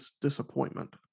disappointment